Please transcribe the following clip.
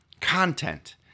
content